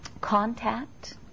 contact